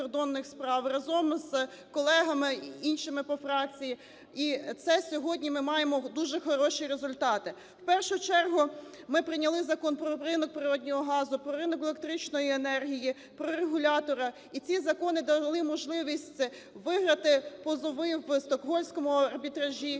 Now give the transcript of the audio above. разом з колегами іншими по фракції. І це сьогодні ми маємо дуже хороші результати. У першу чергу ми прийняли Закону "Про ринок природного газу", "Про ринок електричної енергії", про регулятора. І ці закони дали можливість виграти позови у Стокгольмському арбітражі,